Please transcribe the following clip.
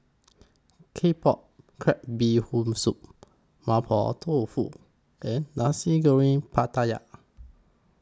Claypot Crab Bee Hoon Soup Mapo Tofu and Nasi Goreng Pattaya